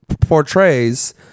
portrays